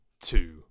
two